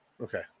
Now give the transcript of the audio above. Okay